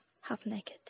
half-naked